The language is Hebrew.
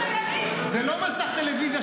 זה לא מסך טלוויזיה,